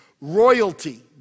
royalty